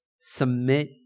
submit